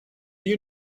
you